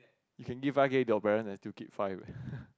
you can give five K to your parents and still keep five eh